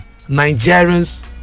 nigerians